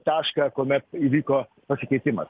tašką kuomet įvyko pasikeitimas